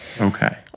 Okay